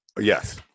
yes